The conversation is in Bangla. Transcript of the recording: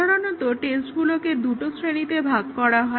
সাধারণত টেস্টগুলোকে দুটো প্রধান শ্রেণীতে ভাগ করা হয়